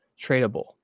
tradable